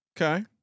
Okay